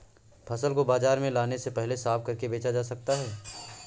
फसल को बाजार में लाने से पहले साफ करके बेचा जा सकता है?